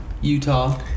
Utah